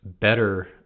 better